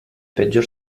peggior